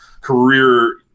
career